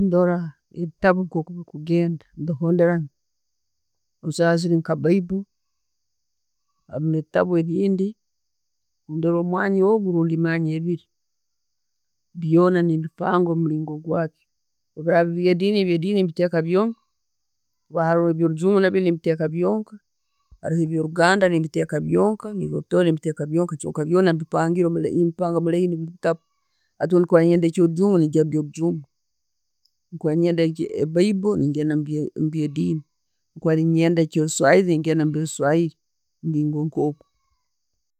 Ndora, ebitaabu nka bikugenda, sahazino nka bible hamu ne'bitabu ebindi, ndoora mwanya ogwo rundi emanya ebiiri byona nembipanga mulingo gwabyo. Oburaba biri byediini, ebyediini ne'biteeka byonka, kuba haroho ne'byorujugu nabyo nembiteka byonka. Haroho ebyo'ruganda, nembiteka byonka nebyerutooro ne'biteka byonka kyonka byona mbipangire, ne'bipanga omulayini buli kitabu. Hati bwenkuba nenyenda ekyorujungu, nenihayo ekyorujungu. Bwekuba nenyenda bible, negenda mubyediini, bwenkuba nenyenda ekyoruswahiri, nengenda mubyoruswahili, mulingo nkogwo.